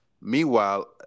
Meanwhile